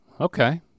Okay